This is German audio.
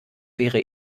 wäre